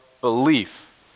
belief